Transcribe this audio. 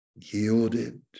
yielded